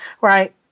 right